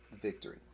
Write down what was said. victory